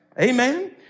Amen